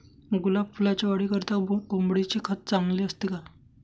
गुलाब फुलाच्या वाढीकरिता कोंबडीचे खत चांगले असते का?